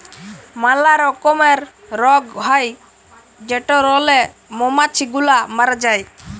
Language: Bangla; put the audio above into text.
ম্যালা রকমের রগ হ্যয় যেটরলে মমাছি গুলা ম্যরে যায়